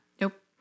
Nope